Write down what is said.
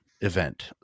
event